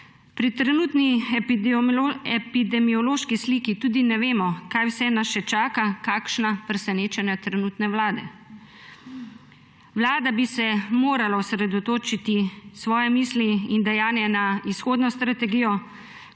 Pri trenutni epidemiološki sliki tudi ne vemo, kaj vse nas še čaka, kakšna presenečenja trenutne vlade. Vlada bi morala osredotočiti svoje misli in dejanja na izhodno strategijo,